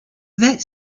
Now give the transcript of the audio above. that